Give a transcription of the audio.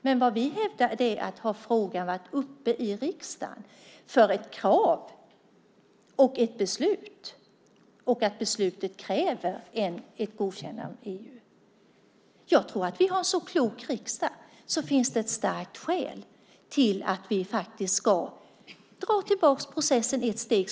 Men vad vi hävdar är att om frågan har varit uppe i riksdagen på grund av ett krav och för ett beslut, och beslutet kräver ett godkännande i EU, tror jag att vi har en klok riksdag om det finns ett starkt skäl att vi ska dra tillbaka processen ett steg.